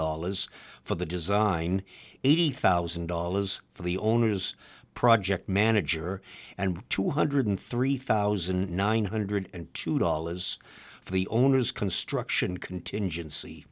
dollars for the design eighty thousand dollars for the owners project manager and two hundred three thousand nine hundred and two dollars for the owners construction contingency